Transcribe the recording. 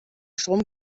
strom